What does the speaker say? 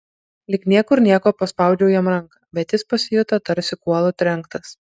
lyg niekur nieko paspaudžiau jam ranką bet jis pasijuto tarsi kuolu trenktas